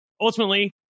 ultimately